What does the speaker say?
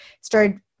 started